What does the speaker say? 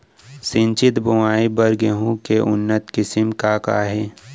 सिंचित बोआई बर गेहूँ के उन्नत किसिम का का हे??